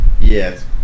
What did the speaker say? Yes